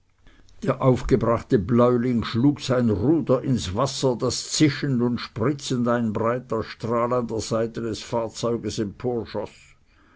der aufgebrachte bläuling schlug sein ruder ins wasser daß zischend und spritzend ein breiter strahl an der seite des fahrzeuges